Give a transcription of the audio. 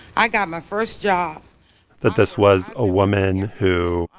i got my first job that this was a woman who,